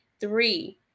three